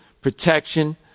protection